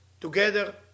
together